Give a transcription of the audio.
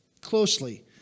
closely